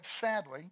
sadly